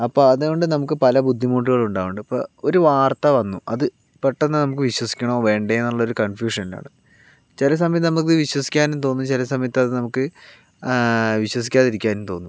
അപ്പോൾ അതുകൊണ്ട് നമുക്ക് പല ബുദ്ധിമുട്ടുകളും ഉണ്ടാകുന്നുണ്ട് ഇപ്പോൾ ഒരു വാർത്ത വന്നു അത് പെട്ടെന്ന് നമുക്ക് വിശ്വസിക്കണോ വേണ്ടയോ എന്നുള്ള ഒരു കൺഫ്യൂഷൻ ഉണ്ടാകും ചില സമയത്ത് നമുക്ക് വിശ്വസിക്കാനും തോന്നും ചില സമയത്ത് അത് നമുക്ക് വിശ്വസിക്കാതിരിക്കാനും തോന്നും